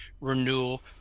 renewal